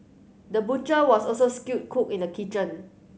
the butcher was also skilled cook in the kitchen